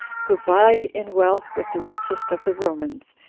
who vied in wealth with the richest of the romans,